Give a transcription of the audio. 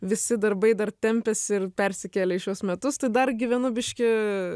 visi darbai dar tempiasi ir persikėlė į šiuos metus tai dar gyvenu biški